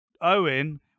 Owen